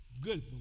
Good